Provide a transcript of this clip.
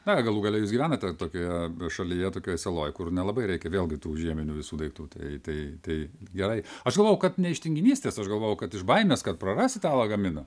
na galų gale jūs gyvenate tokioje šalyje tokioj saloj kur nelabai reikia vėl gi tų žieminių visų daiktų tai tai tai gerai aš galvojau kad ne iš tinginystės aš galvojau kad iš baimės kad prarasi tą lagaminą